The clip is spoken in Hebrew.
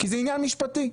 כי זה עניין משפטי.